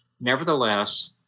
Nevertheless